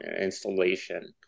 installation